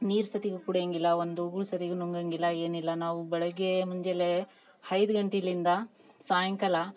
ನೀರು ಸತಿಗೆ ಕುಡಿಯೊಂಗಿಲ್ಲ ಒಂದು ಉಗಳು ಸರಿಗು ನುಂಗೊಂಗಿಲ್ಲ ಏನಿಲ್ಲ ನಾವು ಬೆಳಗ್ಗೆ ಮುಂಜಾಲೇ ಐದು ಗಂಟೆಲಿಂದ ಸಾಂಯ್ಕಾಲ